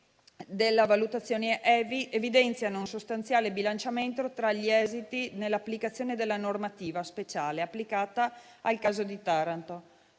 di Taranto, si evidenzia un sostanziale bilanciamento tra gli esiti nell'applicazione della normativa speciale applicata al caso di Taranto.